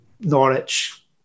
Norwich